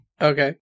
Okay